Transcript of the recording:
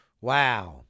Wow